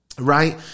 right